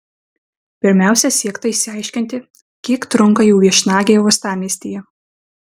pirmiausia siekta išsiaiškinti kiek trunka jų viešnagė uostamiestyje